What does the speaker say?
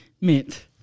Mint